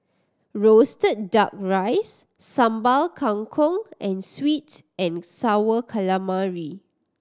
roasted Duck Rice Sambal Kangkong and sweet and Sour Calamari